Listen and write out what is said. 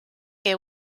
que